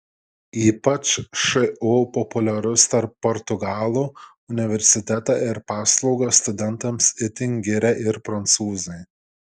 ypač šu populiarus tarp portugalų universitetą ir paslaugas studentams itin giria ir prancūzai